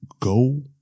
go